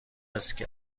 است